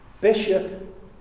bishop